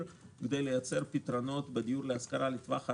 כדי לייצר פתרונות בדיור להשכרה לטווח ארוך.